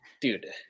dude